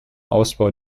ausbau